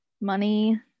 money